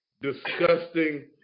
disgusting